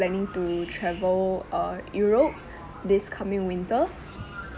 planning to travel uh europe this coming winter